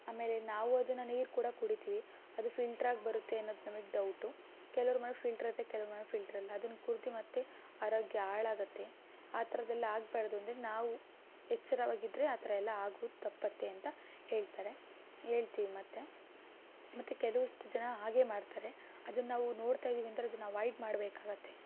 ಆಮೇಲೆ ನಾವು ಅದನ್ನು ನೀರು ಕೂಡ ಕುಡಿತೀವಿ ಅದು ಫಿಲ್ಟ್ರಾಗಿ ಬರುತ್ತೆ ಅನ್ನೋದು ನಮಗೆ ಡೌಟು ಕೆಲವರ ಮನೆಲಿ ಫಿಲ್ಟರ್ ಇರತ್ತೆ ಕೆಲವರ ಮನೆಲಿ ಫಿಲ್ಟರ್ ಇರಲ್ಲ ಅದನ್ನು ಕುಡಿದು ಮತ್ತೆ ಆರೋಗ್ಯ ಹಾಳಾಗುತ್ತೆ ಆ ಥರದ್ದೆಲ್ಲ ಆಗಬಾರದು ಅಂದರೆ ನಾವು ಎಚ್ಚರವಾಗಿದ್ದರೆ ಆ ಥರ ಎಲ್ಲ ಆಗುದು ತಪ್ಪತ್ತೆ ಅಂತ ಹೇಳ್ತಾರೆ ಹೇಳ್ತೀವಿ ಮತ್ತೆ ಮತ್ತೆ ಕೆಲವಷ್ಟು ಜನ ಹಾಗೇ ಮಾಡ್ತಾರೆ ಅದನ್ನಾವು ನೋಡ್ತಾ ಇದ್ದೀವಿ ಅಂದರೆ ಅದನ್ನು ಅವಾಯ್ಡ್ ಮಾಡಬೇಕಾಗತ್ತೆ